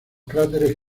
cráteres